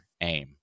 aim